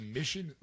Mission